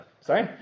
Sorry